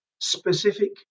specific